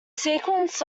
sequence